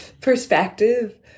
perspective